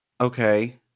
Okay